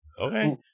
Okay